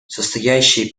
стоящие